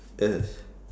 yes